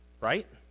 Right